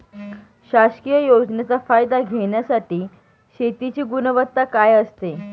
शासकीय योजनेचा फायदा घेण्यासाठी शेतीची गुणवत्ता काय असते?